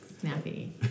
snappy